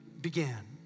began